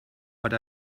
but